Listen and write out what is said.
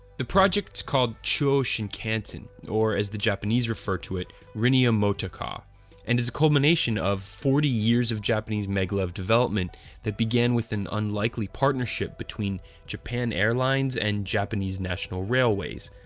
the project's called chuo shinkansen or as the japanese refer to it, rinia mota ka and is a culmination of forty years of japanese maglev development that began with an unlikely partnership between japan airlines and japanese national railways.